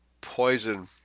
poison